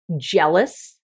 jealous